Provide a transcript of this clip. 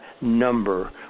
number